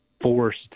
forced